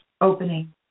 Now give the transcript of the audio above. opening